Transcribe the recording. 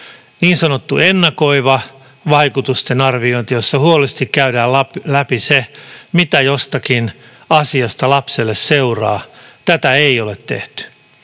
Niin sanottua ennakoivaa vaikutusten arviointia, jossa huolellisesti käydään läpi, mitä jostakin asiasta lapselle seuraa, ei ole tehty.